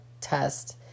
test